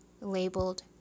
labeled